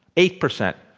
eight percent.